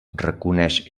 reconeix